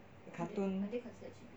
cartoon